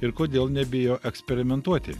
ir kodėl nebijo eksperimentuoti